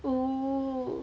oh